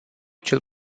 cel